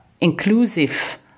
inclusive